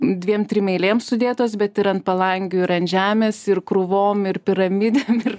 dviem trim eilėm sudėtos bet ir ant palangių ir ant žemės ir krūvom ir piramidėm ir